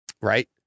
Right